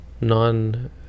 non